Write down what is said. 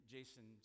Jason